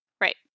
Right